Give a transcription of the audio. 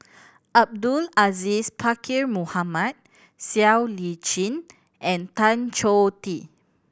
Abdul Aziz Pakkeer Mohamed Siow Lee Chin and Tan Choh Tee